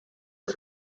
its